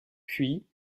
puis